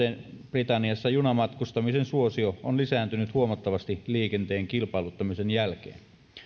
britanniassa junamatkustamisen suosio on lisääntynyt huomattavasti liikenteen kilpailuttamisen jälkeen